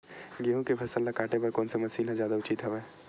गेहूं के फसल ल काटे बर कोन से मशीन ह जादा उचित हवय?